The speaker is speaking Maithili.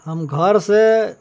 हम घरसँ